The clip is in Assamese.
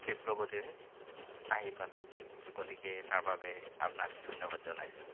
ক্ষিপ্ৰ গতিৰে আহি পালে গতিকে তাৰ বাবে আপোনাক ধন্যবাদ জনাইছোঁ